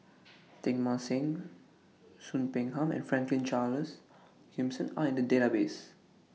Teng Mah Seng Soon Peng Ham and Franklin Charles Gimson Are in The Database